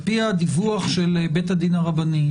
על פי הדיווח של בית הדין הרבני,